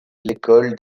l’école